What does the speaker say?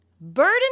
Burden